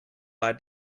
bei